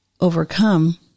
overcome